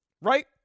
right